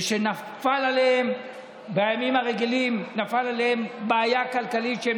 ושנפלה עליהם בימים הרגילים בעיה כלכלית שבגללה